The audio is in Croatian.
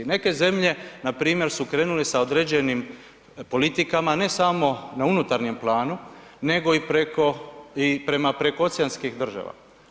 Neke zemlje npr. su krenule sa određenim politikama, ne samo na unutarnjem planu nego i prekooceanskih država.